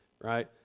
right